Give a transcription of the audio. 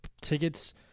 tickets